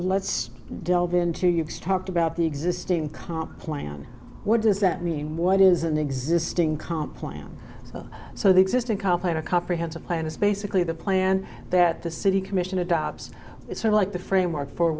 let's delve into you talked about the existing comp plan what does that mean what is an existing comp plan so the existing call played a comprehensive plan is basically the plan that the city commission adopts is sort of like the framework for